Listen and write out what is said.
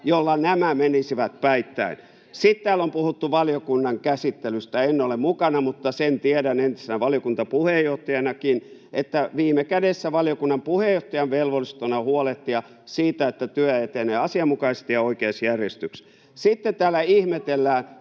jolla nämä menisivät päittäin. Sitten täällä on puhuttu valiokunnan käsittelystä. En ole mukana, mutta sen tiedän entisenä valiokuntapuheenjohtajanakin, että viime kädessä valiokunnan puheenjohtajan velvollisuutena on huolehtia siitä, että työ etenee asianmukaisesti ja oikeassa järjestyksessä. Sitten täällä ihmetellään,